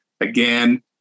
again